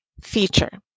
feature